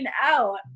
out